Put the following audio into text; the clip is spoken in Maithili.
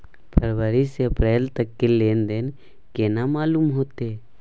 फरवरी से अप्रैल तक के लेन देन केना मालूम होते?